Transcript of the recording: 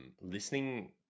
Listening